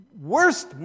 worst